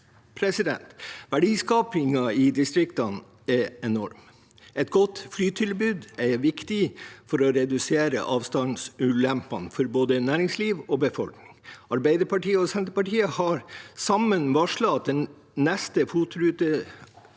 i landet. Verdiskapingen i distriktene er enorm. Et godt flytilbud er viktig for å redusere avstandsulempene for både næringsliv og befolkning. Arbeiderpartiet og Senterpartiet har sammen varslet at det neste